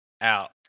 out